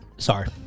sorry